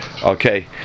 Okay